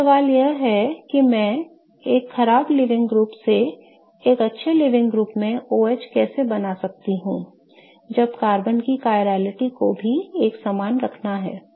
अब सवाल यह है कि मैं एक खराब लीविंग ग्रुप से एक अच्छा लीविंग ग्रुप में OH कैसे बना सकता हूं जब कार्बन की chirality को भी एक समान रखना है